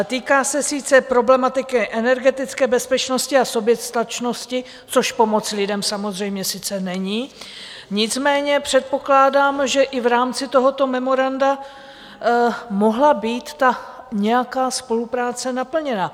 Týká se sice problematiky energetické bezpečnosti a soběstačnosti, což pomoc lidem samozřejmě sice není, nicméně předpokládám, že i v rámci tohoto memoranda mohla být nějaká spolupráce naplněna.